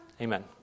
Amen